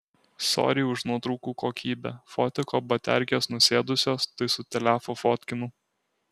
sory už nuotraukų kokybę fotiko baterkės nusėdusios tai su telefu fotkinau